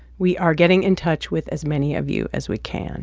we are getting in touch with as many of you as we can